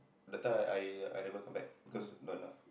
the time I I never come back because not enough